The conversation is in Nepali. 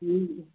हुन्छ